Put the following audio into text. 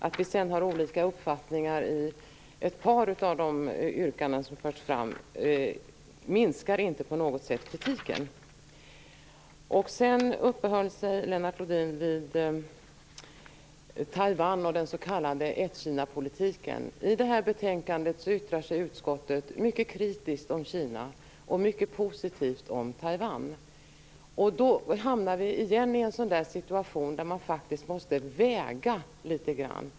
Att vi sedan har olika uppfattningar i ett par av de yrkanden som förts fram, minskar inte på något sätt kritiken. Lennart Rohdin uppehöll sig sedan vid Taiwan och den s.k. ett-Kina-politiken. I det här betänkandet yttrar sig utskottet mycket kritiskt om Kina och mycket positivt om Taiwan. Då hamnar vi på nytt i en sådan där situation där man faktiskt måste väga litet grand.